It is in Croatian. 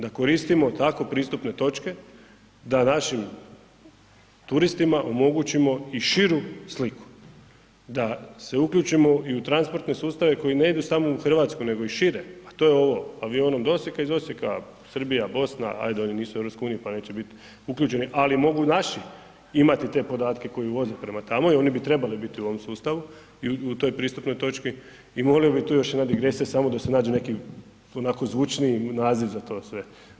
Da koristimo tako pristupne točke, da našim turistima omogućimo i širu sliku, da se uključimo i u transportne sustave koji ne idu samo u Hrvatsku nego i šire a to je ovo, avionom do Osijeka, iz Osijeka, Srbija, Bosna, ajde oni nisu u EU pa neće bit uključeni ali mogu naši imati te podatke koji voze prema tamo i oni bi trebali biti u ovom sustavu i u toj pristupnoj točki, i molio bi tu, još jedna digresija, samo da se nađe neki onako zvučniji naziv za to sve.